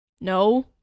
no